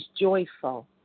joyful